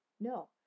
No